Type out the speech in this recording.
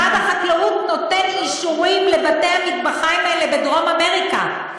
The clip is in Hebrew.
משרד החקלאות נותן אישורים לבתי-המטבחיים האלה בדרום-אמריקה.